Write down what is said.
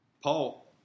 Paul